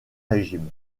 régime